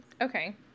okay